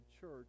church